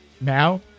Now